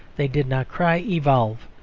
they did not cry evolve!